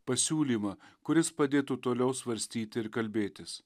pasiūlymą kuris padėtų toliau svarstyti ir kalbėtis